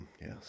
Yes